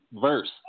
verse